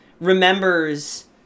remembers